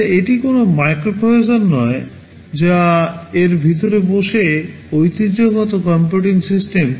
আচ্ছা এটি কোনও মাইক্রোপ্রসেসর নয় যা এর ভিতরে বসে ঐতিহ্যগত কম্পিউটিং সিস্টেম